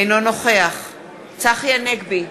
אינו נוכח צחי הנגבי,